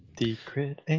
Secret